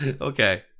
Okay